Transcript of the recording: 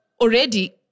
already